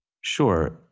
Sure